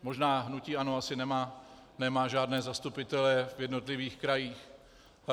Možná hnutí ANO asi nemá žádné zastupitele v jednotlivých krajích.